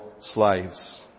slaves